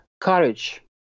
courage